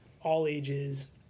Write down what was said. all-ages